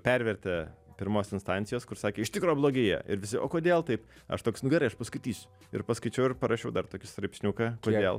pervertė pirmos instancijos kur sakė iš tikro blogi jie ir visi o kodėl taip aš toks nu gerai aš paskaitysiu ir paskaičiau ir parašiau dar tokį straipsniuką kodėl